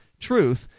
truth